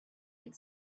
had